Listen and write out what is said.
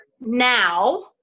now